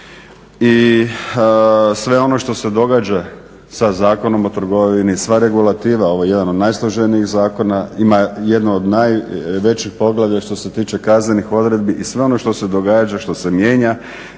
I sve ono što se događa sa Zakonom o trgovini, sva regulativa, ovo je jedan od najsloženijih zakona ima jedno od najvećih poglavlja što se tiče kaznenih odredbi. I sve ono što se događa, što se mijenja